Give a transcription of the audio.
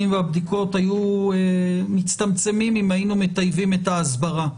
והבדיקות היו מצטמצמים אם היינו מטייבים את ההסברה.